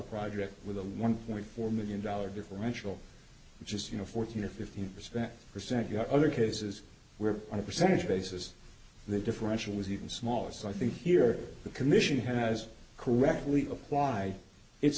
project with a one point four million dollars differential which is you know fourteen or fifteen percent percent your other cases where on a percentage basis the differential is even smaller so i think here the commission has correctly appl